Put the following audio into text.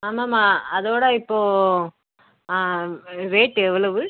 ஆமாம்மா அதோடய இப்போ ரேட்டு எவ்வளவு